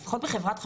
לפחות בחברת חשמל,